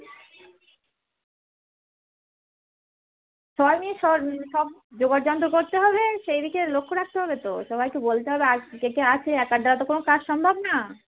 সবাই মিলে সর সব জোগাড়যন্ত্র করতে হবে সেই দিকে লক্ষ্য রাখতে হবে তো সবাইকে বলতে হবে আর কে কে আসছে একার দ্বারা তো কোনো কাজ সম্ভব না